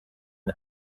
and